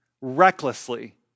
recklessly